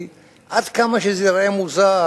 כי עד כמה שזה ייראה מוזר,